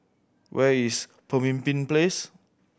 where is Pemimpin Place